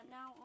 Now